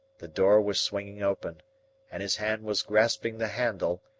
the door was swinging open and his hand was grasping the handle,